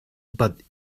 but